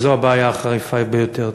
וזו הבעיה החריפה ביותר.